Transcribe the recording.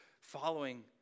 following